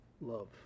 Love